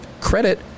credit